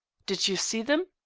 did you see them?